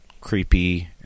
Creepy